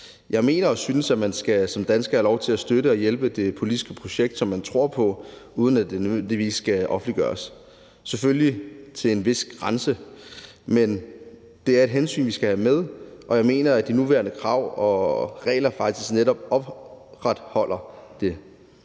Jeg mener, at man som dansker skal have lov til at støtte og hjælpe det politiske projekt, som man tror på, uden at det nødvendigvis skal offentliggøres – selvfølgelig til en vis grænse. Men det er et hensyn, vi skal have med, og jeg mener, at de nuværende krav og regler faktisk netop opretholder det.